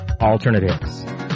alternatives